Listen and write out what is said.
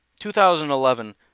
2011